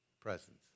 presence